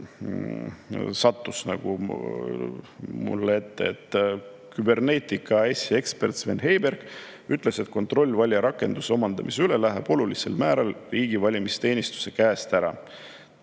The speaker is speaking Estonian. sattusid mulle ette Cybernetica AS‑i eksperdi Sven Heibergi sõnad, et kontroll valijarakenduse omandamise üle läheb olulisel määral riigi valimisteenistuse käest ära.